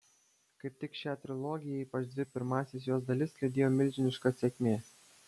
kaip tik šią trilogiją ypač dvi pirmąsias jos dalis lydėjo milžiniška sėkmė